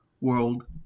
world